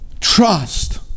trust